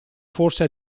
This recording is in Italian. forse